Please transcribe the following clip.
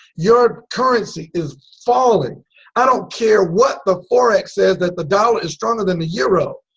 your currency is falling i don't care what the forex says that the dollar is stronger than the euro.